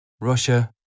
Russia